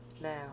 Now